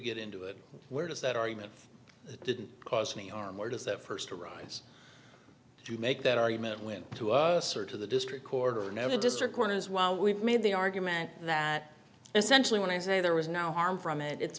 get into it where does that argument didn't cause any harm where does that first arise do you make that argument when to us or to the district court or another district corners well we've made the argument that essentially when i say there was no harm from it it's